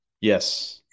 Yes